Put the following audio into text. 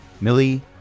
Millie